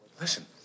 Listen